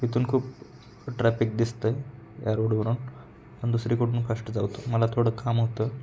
इथून खूप ट्रॅफिक दिसतं आहे या रोडवरून दुसरीकडून फास्ट जाऊ यात मला थोडं काम होतं